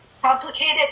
complicated